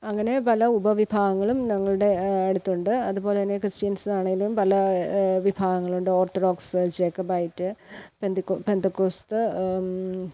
അങ്ങനെ പല ഉപവിഭാഗങ്ങളും നമ്മുടെ അടുത്തുണ്ട് അതുപോലെ തന്നെ ക്രിസ്റ്റ്യൻസ് ആണെങ്കിലും പല വിഭാഗങ്ങളുണ്ട് ഓർത്തോഡോക്സ് ജേക്കൊബൈറ്റ് പെന്തി പെന്തക്കോസ്ത്